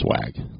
swag